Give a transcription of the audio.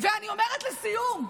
ואני אומרת לסיום,